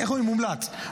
מומלץ.